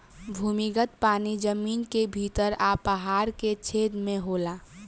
भूमिगत पानी जमीन के भीतर आ पहाड़ के छेद में होला